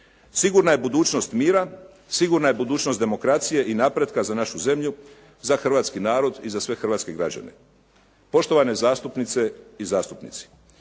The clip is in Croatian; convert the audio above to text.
Sigurna je budućnost mira, sigurna je budućnost demokracije i napretka za našu zemlju, za hrvatski narod i za sve hrvatske građane. Poštovane zastupnice i zastupnici,